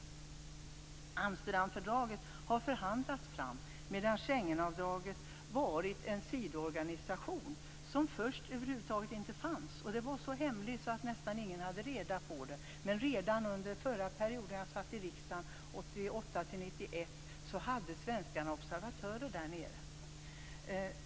Amsterdamfördraget har förhandlats fram, medan Schengenfördraget har varit en sidoorganisation som först över huvud taget inte fanns. Det här var så hemligt att nästan ingen hade reda på det. Men redan under förra perioden jag satt med i riksdagen, 1988 1991, hade svenskarna observatörer där nere.